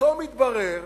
פתאום התברר